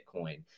Bitcoin